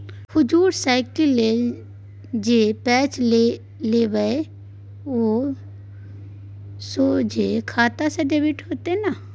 हुजुर साइकिल लेल जे पैंच लेबय ओ सोझे खाता सँ डेबिट हेतेय न